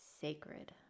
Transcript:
sacred